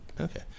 Okay